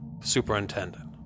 Superintendent